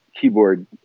keyboard